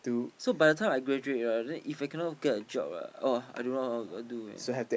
so by the time I graduate right then If I cannot get a job right !wah! I don't know how I do man